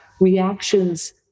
reactions